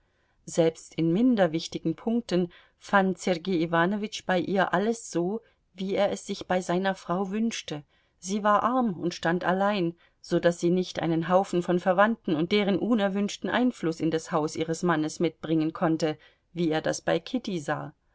selbst in minder wichtigen punkten fand sergei iwanowitsch bei ihr alles so wie er es sich bei seiner frau wünschte sie war arm und stand allein so daß sie nicht einen haufen von verwandten und deren unerwünschten einfluß in das haus ihres mannes mitbringen konnte wie er das bei kitty sah